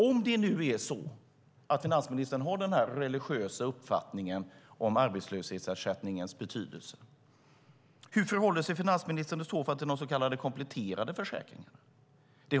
Om finansministern nu har den här religiösa uppfattningen om arbetslöshetsersättningens betydelse, hur förhåller sig finansministern i så fall till de så kallade kompletterande försäkringarna?